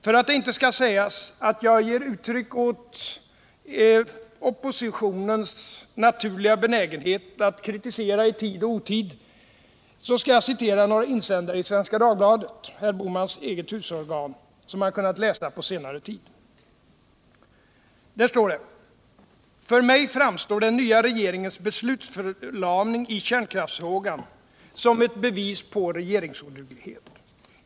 För att det inte skall sägas att jag ger uttryck åt oppositionens naturliga benägenhet att kritisera i tid och otid, skall jag citera några insändare i Svenska Dagbladet — herr Bohmans eget husorgan — som man kunnat läsa på senare tid: ”För mig framstår den nya regeringens beslutsförlamning i kärnkraftsfrågan som ett bevis på regeringsoduglighet.